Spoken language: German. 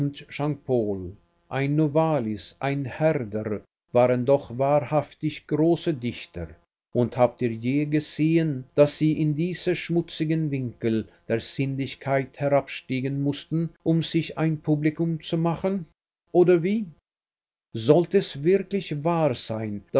paul ein novalis ein herder waren doch wahrhaftig große dichter und habt ihr je gesehen daß sie in diese schmutzigen winkel der sinnlichkeit herabsteigen mußten um sich ein publikum zu machen oder wie sollte es wirklich wahr sein